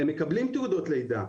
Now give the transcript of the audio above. הם מקבלים תעודות לידה.